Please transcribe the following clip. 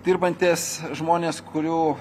dirbantys žmonės kurių